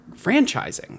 franchising